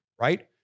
right